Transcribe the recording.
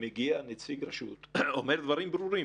מגיע נציג הרשות ואומר דברים ברורים: